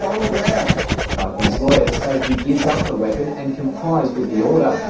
um bugmy's lawyers say he gives up the weapon and complies with the order.